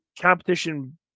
competition